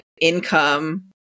income